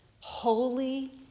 holy